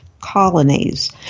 colonies